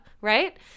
right